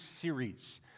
series